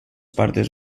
partes